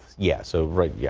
yes, so right yet.